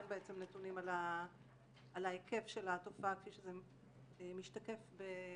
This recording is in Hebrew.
אין בעצם נתונים על ההיקף של התופעה כפי שזה משתקף בתיקים.